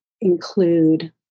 include